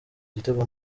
igitego